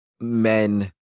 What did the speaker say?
men